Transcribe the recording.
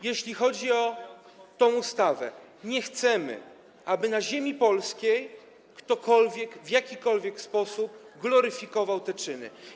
Jeśli chodzi o tę ustawę, to nie chcemy, aby na polskiej ziemi ktokolwiek w jakikolwiek sposób gloryfikował te czyny.